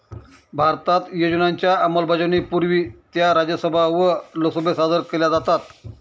भारतात योजनांच्या अंमलबजावणीपूर्वी त्या राज्यसभा व लोकसभेत सादर केल्या जातात